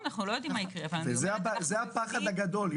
זה הפחד הגדול.